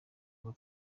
ngo